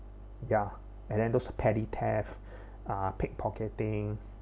ya and then those petty theft uh pickpocketing